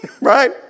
right